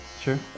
Sure